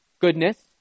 goodness